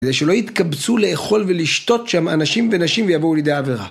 זה שלא יתקבצו לאכול ולשתות שם אנשים ונשים ויבואו לידי עבירה.